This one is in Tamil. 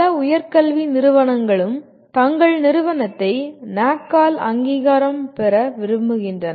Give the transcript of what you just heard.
பல உயர்கல்வி நிறுவனங்களும் தங்கள் நிறுவனத்தை NAAC ஆல் அங்கீகாரம் பெற விரும்புகின்றன